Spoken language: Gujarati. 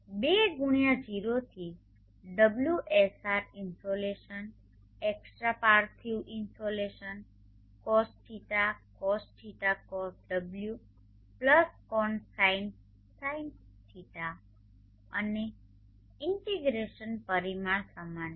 2 ગુણ્યા 0 થી ωSR ઇન્સોલેશન એક્સ્ટ્રા પાર્થિવ insolation cos δ cos φ cos ω sinδ sin φ અને ઇન્ટિગ્રેશન પરિમાણ સમાન છે